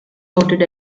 noted